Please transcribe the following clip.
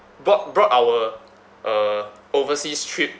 brought brought our uh overseas trip